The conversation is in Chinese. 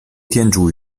天竺